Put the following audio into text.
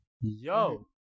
Yo